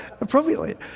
appropriately